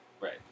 Right